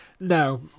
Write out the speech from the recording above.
No